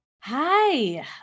Hi